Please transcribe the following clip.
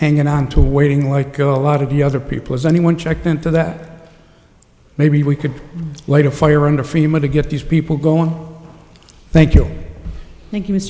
hanging onto waiting like go a lot of the other people as anyone checked into that maybe we could light a fire under freeman to get these people going thank you thank